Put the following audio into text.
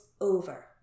over